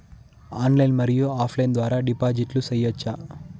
Online మరియు offline ద్వారా డిపాజిట్లు సేయొచ్చా?